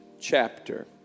chapter